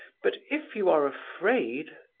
but if you are afraid.